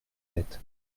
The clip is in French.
sept